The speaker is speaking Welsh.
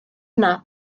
yna